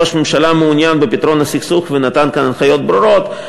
ראש הממשלה מעוניין בפתרון הסכסוך ונתן כאן הנחיות ברורות.